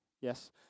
Yes